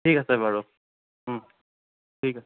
ঠিক আছে বাৰু ঠিক আছে